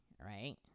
right